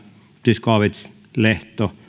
zyskowicz lehto